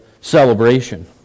celebration